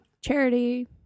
charity